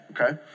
Okay